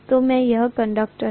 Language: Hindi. तो ये कंडक्टर हैं